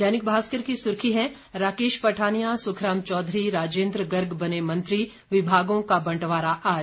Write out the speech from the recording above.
दैनिक भास्कर की सुर्खी राकेश पठानिया सुखराम चौधरी राजेंद्र गर्ग बने मंत्री विभागों का बंटवारा आज